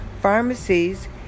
pharmacies